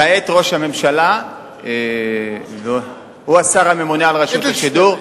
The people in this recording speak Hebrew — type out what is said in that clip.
כעת ראש הממשלה הוא השר הממונה על רשות השידור.